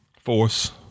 Force